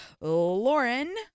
Lauren